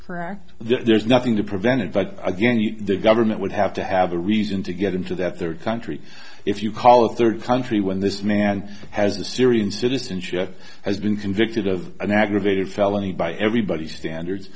correct there's nothing to prevent it but again the government would have to have a reason to get into that their country if you call a third country when this man has a syrian citizenship has been convicted of an aggravated felony by everybody standards